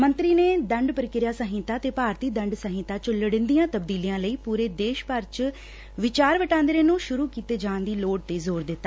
ਮੰਤਰੀ ਨੇ ਦੰਡ ਪ੍ਰਕਿਰਿਆ ਸੋਹਿਤਾ ਤੇ ਭਾਰਤੀ ਦੰਡ ਸੌਹਿਤਾ ਚ ਲੋੜੀਦੀਆਂ ਤਬਦੀਲੀਆਂ ਲਈ ਪੁਰੇ ਦੇਸ਼ ਭਰ ਚ ਵਿਚਾਰ ਵਟਾਂਦਰੇ ਨੂੰ ਸ਼ੁਰੂ ਕੀਤੇ ਜਾਣ ਦੀ ਲੋੜ ਤੇ ਜ਼ੋਰ ਦਿੱਤਾ